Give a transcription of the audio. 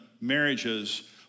marriages